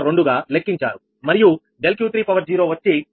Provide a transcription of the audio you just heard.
102 గా లెక్కించారు మరియు ∆Q30 వచ్చి1